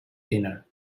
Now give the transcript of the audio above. dinner